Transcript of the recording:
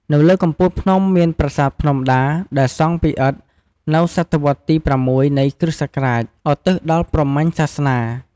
នៅលើកំពូលភ្នំមាន ប្រាសាទភ្នំដា ដែលសង់ពីឥដ្ឋនៅសតវត្សទី ៦ នៃគ.ស. ឧទ្ទិសដល់ព្រហ្មញ្ញសាសនា។